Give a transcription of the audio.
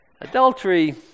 adultery